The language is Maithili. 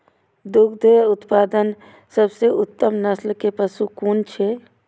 दुग्ध उत्पादक सबसे उत्तम नस्ल के पशु कुन छै?